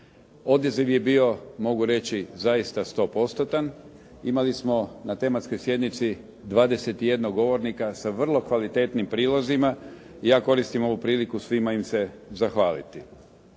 Odaziv je bio mogu reći zaista sto postotan. Imali smo na tematskoj sjednici 21 govornika sa vrlo kvalitetnim prilozima i ja koristim ovu priliku svima im se zahvaliti.